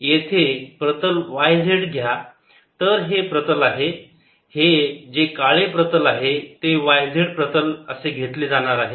येथे प्रतल y z घ्या तर हे प्रतल आहे हे जे काळे प्रतल आहे ते y z प्रतल असे घेतले जाणार आहे